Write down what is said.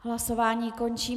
Hlasování končím.